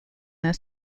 their